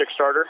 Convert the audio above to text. Kickstarter